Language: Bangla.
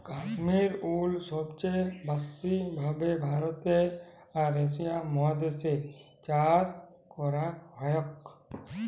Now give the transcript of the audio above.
কাশ্মির উল সবচে ব্যাসি ভাবে ভারতে আর এশিয়া মহাদেশ এ চাষ করাক হয়ক